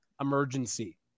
emergency